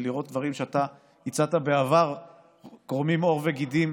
לראות דברים שאתה הצעת בעבר קורמים עור וגידים